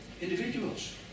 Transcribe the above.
individuals